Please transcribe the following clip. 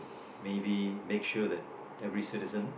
maybe make sure that every citizen